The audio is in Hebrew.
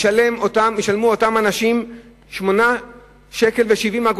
ישלמו אותם אנשים 8.70 שקלים.